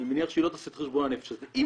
אני מניח שהיא לא תעשה את חשבון הנפש הזה --- אם